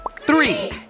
Three